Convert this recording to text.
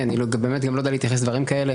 אני גם לא יודע באמת להתייחס לדברים כאלה,